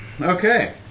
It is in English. Okay